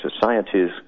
societies